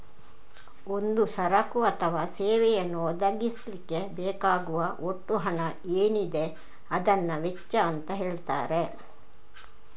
ಒಂದು ಸರಕು ಅಥವಾ ಸೇವೆಯನ್ನ ಒದಗಿಸ್ಲಿಕ್ಕೆ ಬೇಕಾಗುವ ಒಟ್ಟು ಹಣ ಏನಿದೆ ಅದನ್ನ ವೆಚ್ಚ ಅಂತ ಹೇಳ್ತಾರೆ